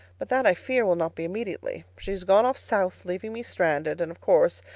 but that, i fear, will not be immediately. she has gone off south, leaving me stranded, and of course,